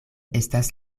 estas